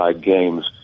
games